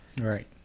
Right